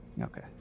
Okay